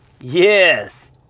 Yes